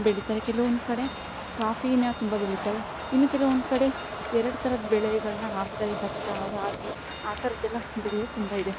ಬೆಳಿತಾರೆ ಕೆಲವೊಂದುಕಡೆ ಕಾಫೀನ ತುಂಬ ಬೆಳಿತಾರೆ ಇನ್ನು ಕೆಲವೊಂದು ಕಡೆ ಎರಡು ಥರದ್ ಬೆಳೇಗಲನ್ನ ಹಾಕ್ತಾರೆ ಬತ್ತ ರಾಗಿ ಆಥರದ್ದೆಲ್ಲ ಬೆಳೆಯೋರ್ ತುಂಬ ಇದೆ